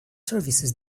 services